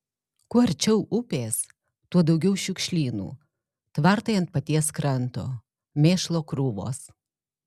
kuo arčiau upės tuo daugiau šiukšlynų tvartai ant paties kranto mėšlo krūvos